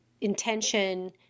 intention